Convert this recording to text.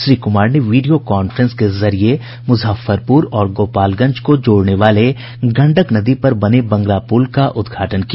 Shri Kumar video वीडियो कांफ्रेंस के जरिये मुजफ्फरपुर और गोपालगंज को जोड़ने वाले गंडक नदी पर बने बंगरा पुल का उद्घाटन किया